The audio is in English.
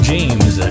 James